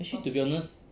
actually to be honest